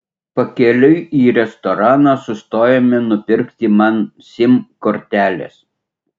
pakeliui į restoraną sustojome nupirkti man sim kortelės